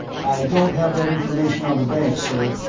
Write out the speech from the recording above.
i don't have that information on the banks, sir.